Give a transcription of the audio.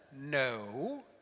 No